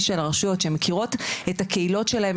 של הרשויות שהם מכירות את הקהילות שלהם,